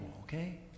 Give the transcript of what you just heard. okay